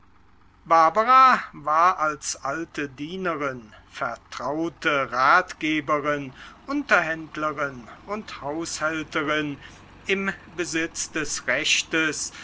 barbara war als alte dienerin vertraute ratgeberin unterhändlerin und haushälterin im besitz des rechtes